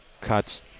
cuts